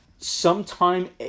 Sometime